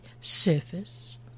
surface